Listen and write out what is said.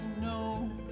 no